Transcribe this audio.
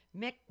Mick